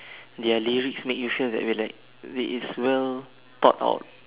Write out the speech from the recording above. their lyrics make you feel that we're like it is well thought out